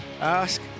Ask